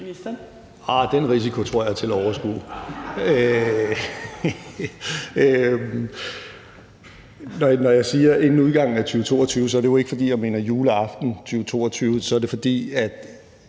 den risiko tror jeg er til at overskue. Når jeg siger inden udgangen af 2022, er det jo ikke, fordi jeg mener juleaften 2022. Altså, hvis